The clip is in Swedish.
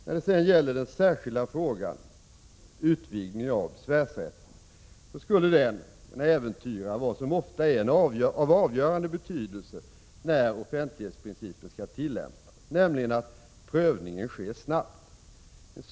När det sedan gäller den särskilda frågan om utvidgningen av besvärsrätten så skulle den kunna äventyra vad som ofta är av avgörande betydelse när offentlighetsprincipen skall tillämpas, nämligen att prövningen sker snabbt.